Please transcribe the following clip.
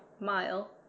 mile